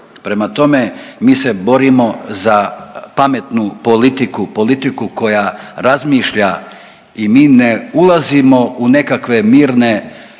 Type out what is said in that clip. Prema tome, mi se borimo za pametnu politiku, politiku koja razmišlja i mi ne ulazimo u nekakve mirne